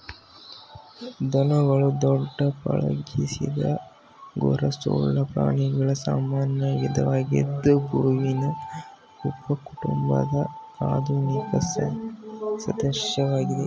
ದನಗಳು ದೊಡ್ಡ ಪಳಗಿಸಿದ ಗೊರಸುಳ್ಳ ಪ್ರಾಣಿಗಳ ಸಾಮಾನ್ಯ ವಿಧವಾಗಿದ್ದು ಬೋವಿನಿ ಉಪಕುಟುಂಬದ ಆಧುನಿಕ ಸದಸ್ಯವಾಗಿವೆ